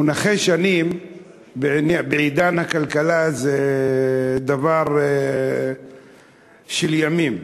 מונחי שנים בעידן הכלכלה זה דבר של ימים.